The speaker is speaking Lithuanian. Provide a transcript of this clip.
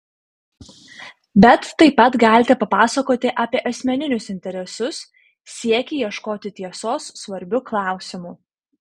bet taip pat galite papasakoti apie asmeninius interesus siekį ieškoti tiesos svarbiu klausimu